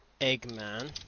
Eggman